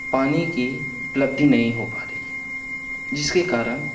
پانی کی اپلبدھی نہیں ہو پا رہی ہے جس کے کارن